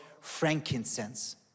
frankincense